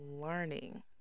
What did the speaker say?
learning